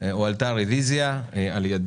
הועלתה על ידי רביזיה.